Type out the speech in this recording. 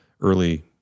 early